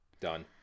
Done